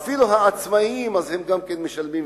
ואפילו העצמאים משלמים,